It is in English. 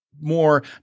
more